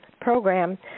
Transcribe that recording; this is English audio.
program